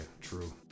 true